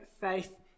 faith